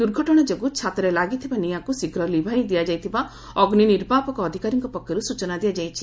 ଦୁର୍ଘଟଣା ଯୋଗୁଁ ଛାତରେ ଲାଗିଥିବା ନିଆଁକୁ ଶୀଘ୍ର ଲିଭାଇ ଦିଆଯାଇଥିବା ଅଗ୍ନି ନିର୍ବାପକ ଅଧିକାରୀଙ୍କ ପକ୍ଷରୁ ସୂଚନା ଦିଆଯାଇଛି